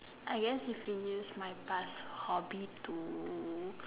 I guess if you use my past hobby to